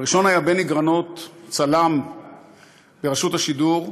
הראשון היה בני גרנות, צלם ברשות השידור,